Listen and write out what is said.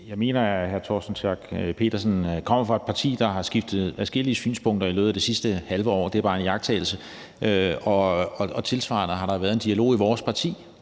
Jeg mener, at hr. Torsten Schack Pedersen kommer fra et parti, der har skiftet synspunkt adskillige gange i løbet af det sidste halve år. Det er bare en iagttagelse. Tilsvarende har der været en dialog i vores parti,